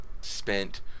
spent